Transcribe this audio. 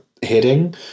hitting